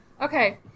Okay